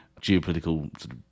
geopolitical